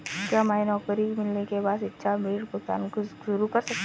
क्या मैं नौकरी मिलने के बाद शिक्षा ऋण का भुगतान शुरू कर सकता हूँ?